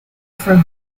for